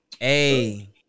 hey